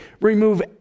remove